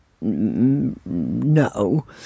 no